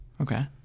Okay